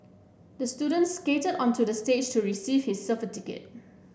the student skated onto the stage to receive his certificate